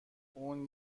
اون